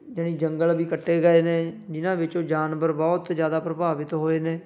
ਜਣੀ ਜੰਗਲ ਵੀ ਕੱਟੇ ਗਏ ਨੇ ਜਿਨਾਂ ਵਿੱਚੋਂ ਜਾਨਵਰ ਬਹੁਤ ਜ਼ਿਆਦਾ ਪ੍ਰਭਾਵਿਤ ਹੋਏ ਨੇ